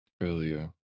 earlier